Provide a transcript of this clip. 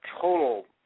total